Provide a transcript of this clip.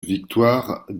victoire